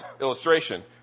illustration